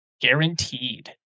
guaranteed